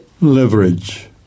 Leverage